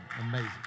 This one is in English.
amazing